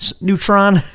neutron